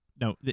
no